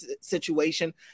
situation